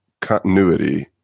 continuity